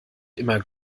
immer